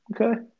Okay